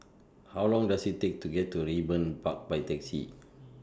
How Long Does IT Take to get to Raeburn Park By Taxi